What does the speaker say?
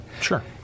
Sure